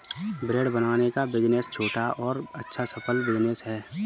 bread बनाने का business छोटा और अच्छा सफल बिज़नेस है